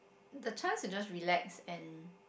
the chance to just relax and